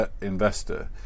investor